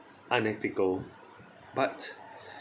unethical but